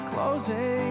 Closing